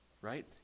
Right